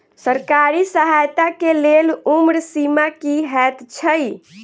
सरकारी सहायता केँ लेल उम्र सीमा की हएत छई?